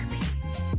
therapy